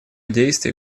действий